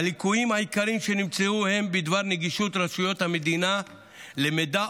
הליקויים העיקריים שנמצאו הם בנגישות רשויות המדינה למידע